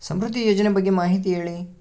ಸಮೃದ್ಧಿ ಯೋಜನೆ ಬಗ್ಗೆ ಮಾಹಿತಿ ಹೇಳಿ?